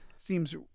Seems